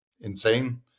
insane